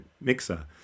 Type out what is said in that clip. mixer